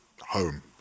home